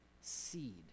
seed